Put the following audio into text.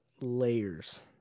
layers